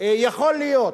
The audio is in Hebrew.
יכול להיות,